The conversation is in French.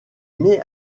met